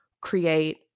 create